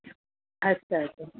अच्छा अच्छा